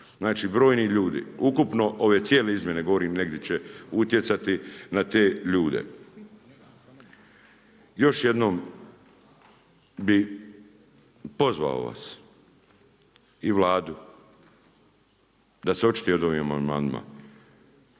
Znači, brojni ljudi. Ukupno ove cijele izmjene govorim negdje će utjecati na te ljude. Još jednom bih pozvao vas i Vladu da se očituje o ovim amandmanima,